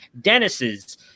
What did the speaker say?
Dennis's